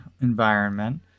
environment